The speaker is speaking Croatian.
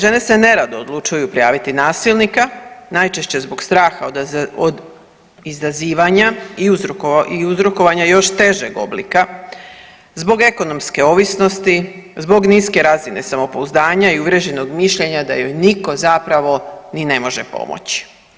Žene, žene se nerado odlučuju prijaviti nasilnika najčešće od straha od izazivanja i uzrokovanja još težeg oblika, zbog ekonomske ovisnosti, zbog niske razine samopouzdanja i uvriježenog mišljenja da joj nitko zapravo ni ne može pomoći.